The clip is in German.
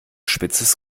spitzes